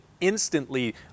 instantly